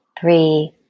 three